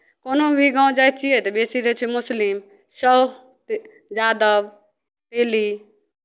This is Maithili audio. कोनो भी गाँव जाइ छियै तऽ बेसी रहै छै मुस्लिम साहु यादव तेली